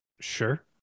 sure